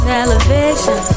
elevation